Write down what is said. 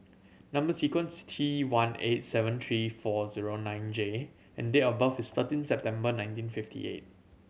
number sequence T one eight seven three four zero nine J and date of birth is thirteen September nineteen fifty eight